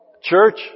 church